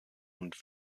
und